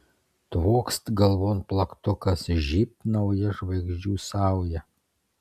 tvokst galvon plaktukas žybt nauja žvaigždžių sauja